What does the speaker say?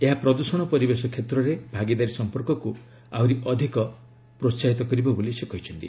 ଏହା ପ୍ରଦୂଷଣ ପରିବେଶ କ୍ଷେତ୍ରରେ ଭାଗିଦାରୀ ସମ୍ପର୍କକୁ ଆହୁରି ଅଧିକ ପ୍ରୋସାହିତ କରିବ ବୋଲି ସେ କହିଛନ୍ତି